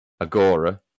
Agora